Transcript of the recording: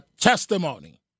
testimony